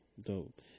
Dope